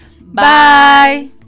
bye